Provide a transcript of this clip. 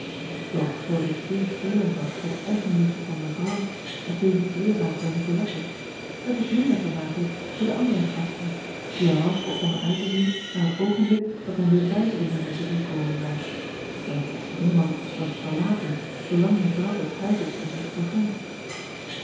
och zoo dit zeer streelend was voor de eigenliefde van evrouw en tevens leerzaam voor icolette het was minder vermakelijk voor de andere gasten die alras begonnen uit te zien naar het oogenblik dat men weêr buiten de menagerie komen zou welke echter niemand dorst verlaten zoolang de vrouw des huizes er zich bevond